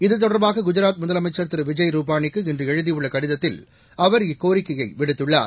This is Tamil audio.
இது தொடப்பாக குஜராத் முதலமைச்சர் திரு விஜய் ரூபாளிக்கு இன்று எழுதியுள்ள கடிதத்தில் அவா் இக்கோரிக்கையை விடுத்துள்ளார்